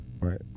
right